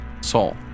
Saul